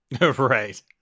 right